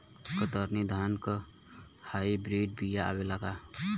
कतरनी धान क high breed बिया आवेला का?